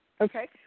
Okay